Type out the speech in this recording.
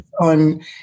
on